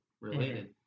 related